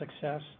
success